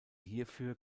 hierfür